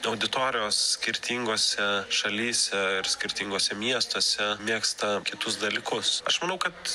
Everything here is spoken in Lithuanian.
auditorijos skirtingose šalyse ir skirtinguose miestuose mėgsta kitus dalykus aš manau kad